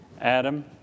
Adam